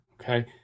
Okay